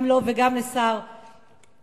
גם לו וגם לשר המשפטים.